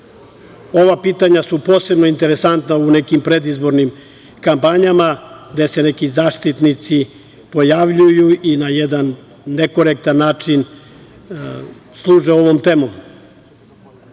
Ova pitanja su posebno interesantna u nekim predizbornim kampanjama gde se neki zaštitnici pojavljuju i na jedan nekorektan način služe ovom